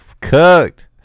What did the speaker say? Cooked